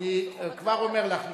אני כבר אומר לך,